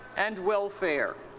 and welfare.